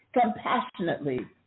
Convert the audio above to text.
compassionately